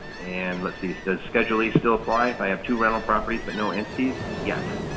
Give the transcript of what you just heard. and let's see, it says schedule e still apply if i have to rental properties but no entities. yes,